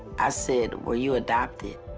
i said, were you adopted?